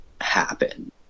happen